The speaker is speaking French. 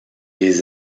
les